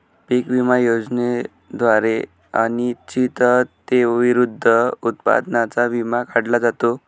पीक विमा योजनेद्वारे अनिश्चिततेविरुद्ध उत्पादनाचा विमा काढला जातो